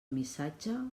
missatge